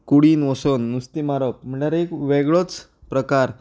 कुडीन वचून नुस्तें मारप म्हळ्ळ्यार एक वेगळोच प्रकार